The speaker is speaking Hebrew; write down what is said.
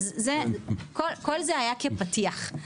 כל זה היה כפתיח.